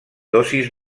dosis